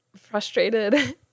frustrated